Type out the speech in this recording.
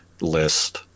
list